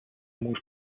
most